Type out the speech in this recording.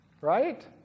Right